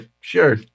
sure